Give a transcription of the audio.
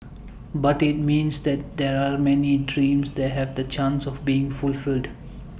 but IT means that there are many dreams that have the chance of being fulfilled